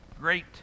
great